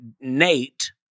Nate